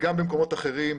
וגם במקומות אחרים.